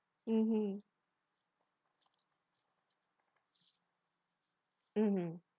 mmhmm mmhmm